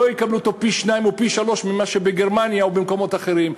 שהוא לא פי-שניים או פי-שלושה מזה שבגרמניה או במקומות אחרים.